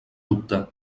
dubte